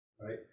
right